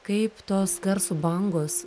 kaip tos garsų bangos